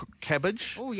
cabbage